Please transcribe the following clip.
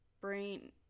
brain